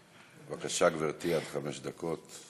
בבקשה, גברתי, עד חמש דקות.